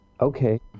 Okay